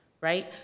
right